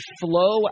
flow